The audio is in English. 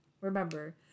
Remember